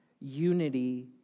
Unity